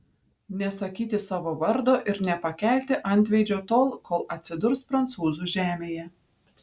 nesakyti savo vardo ir nepakelti antveidžio tol kol atsidurs prancūzų žemėje